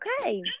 Okay